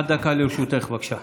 עד דקה לרשותך, בבקשה.